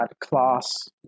class